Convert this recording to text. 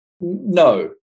No